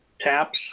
Taps